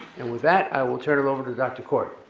and with that, i will turn it over to dr. kort.